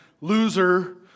loser